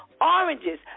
oranges